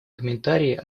комментарии